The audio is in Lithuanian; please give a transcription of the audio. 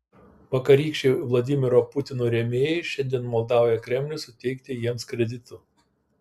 vakarykščiai vladimiro putino rėmėjai šiandien maldauja kremlių suteikti jiems kreditų